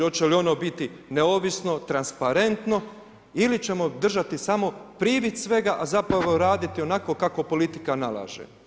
Hoće li ono biti neovisno, transparentno ili ćemo držati samo privid svega, a zapravo raditi onako kako politika nalaže.